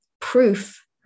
proof